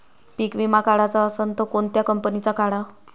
पीक विमा काढाचा असन त कोनत्या कंपनीचा काढाव?